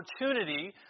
opportunity